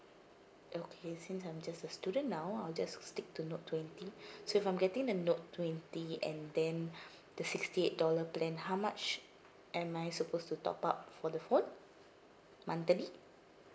okay since I'm just a student now I'll just stick to note twenty so if I'm getting the note twenty and then the sixty eight dollar plan how much am I supposed to top up for the phone monthly